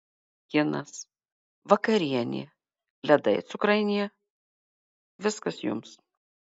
kinas vakarienė ledai cukrainėje viskas jums